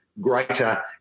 greater